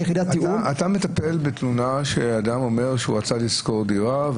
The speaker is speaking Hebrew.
כיחידת תיאום --- אתה מטפל בתלונה שאדם אומר שהוא רצה לשכור דירה,